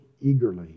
eagerly